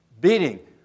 Beating